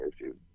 issues